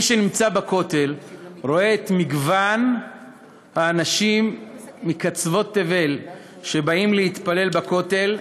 מי שנמצא בכותל רואה את מגוון האנשים מקצוות תבל שבאים להתפלל בכותל,